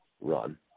run